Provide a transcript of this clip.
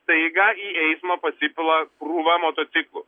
staiga į eismą pasipila krūva motociklų